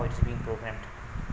how is being programmed